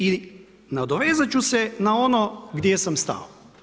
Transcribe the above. I nadovezat ću se na ono gdje sam stao.